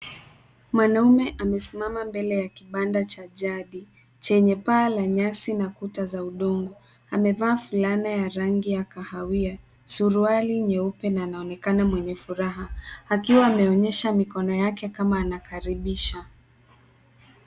Mwanaume amesimama mbele ya kibanda cha jadi, chenye paa la nyasi na kuta za udongo. Amevaa fulana ya rangi ya kahawia, suruali nyeupe na anaonekana mwenye furaha, akiwa ameonyehsa mikono yake kama anakaribisha.